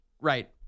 Right